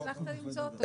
איך הצלחת למצוא אותו?